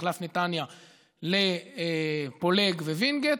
מחלף נתניה לפולג ווינגייט,